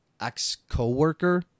ex-co-worker